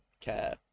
care